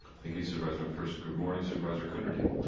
thank you, supervisor mcpherson. good morning, supervisor connerty.